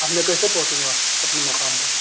اب میں کیسے پہنچوں گا اپنے مقام پر